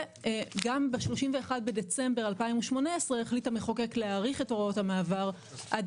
וגם ב-31 בדצמבר 2018 החליט המחוקק להאריך את הוראות המעבר עד